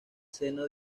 seno